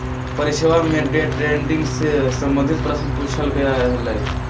परीक्षवा में day trading से संबंधित प्रश्न पूछल गय लय